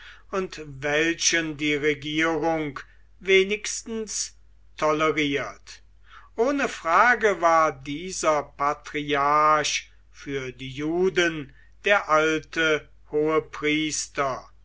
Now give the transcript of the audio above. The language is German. und welchen die regierung wenigstens toleriert ohne frage war dieser patriarch für die juden der alte hohepriester